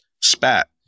spat